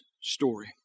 story